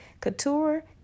Couture